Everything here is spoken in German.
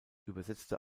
übersetzte